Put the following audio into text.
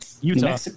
Utah